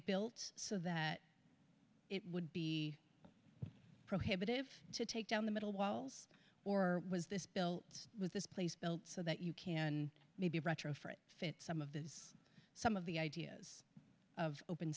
built so that it would be prohibitive to take down the middle walls or was this bill with this place built so that you can maybe retrofit fit some of these some of the ideas of open